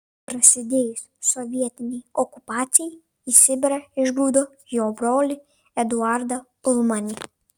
prasidėjus sovietinei okupacijai į sibirą išgrūdo jo brolį eduardą ulmanį